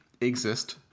exist